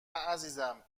عزیزم